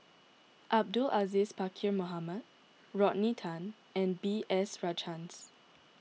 Abdul Aziz Pakkeer Mohamed Rodney Tan and B S Rajhans